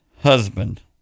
Husband